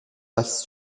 passe